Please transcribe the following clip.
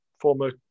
former